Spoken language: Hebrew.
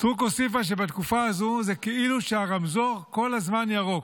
סטרוק הוסיפה שבתקופה הזו זה כאילו שהרמזור כל הזמן ירוק,